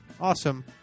Awesome